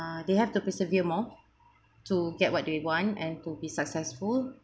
uh they have to persevere more to get what they want and to be successful